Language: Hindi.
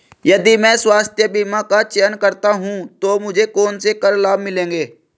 यदि मैं स्वास्थ्य बीमा का चयन करता हूँ तो मुझे कौन से कर लाभ मिलेंगे?